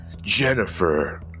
Jennifer